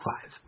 five